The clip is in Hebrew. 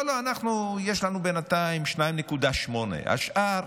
לא, לא, יש לנו בינתיים 2.8, השאר,